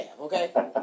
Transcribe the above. Okay